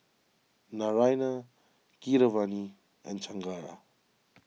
Naraina Keeravani and Chengara